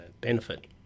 benefit